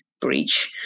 breach